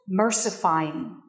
mercifying